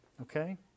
okay